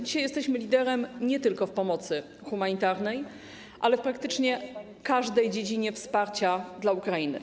Dzisiaj jesteśmy liderem nie tylko w zakresie pomocy humanitarnej, ale także praktycznie w każdej dziedzinie wsparcia dla Ukrainy.